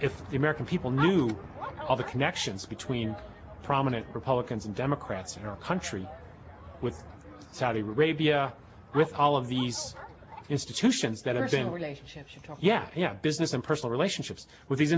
if the american people knew all the connections between prominent republicans and democrats in our country with saudi arabia with all of these institutions that are saying relationships you talk yeah yeah business and personal relationships with these